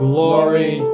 Glory